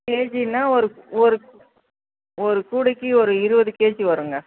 கேஜின்னா ஒரு ஒரு ஒரு கூடைக்கு ஒரு இருபது கேஜி வருங்க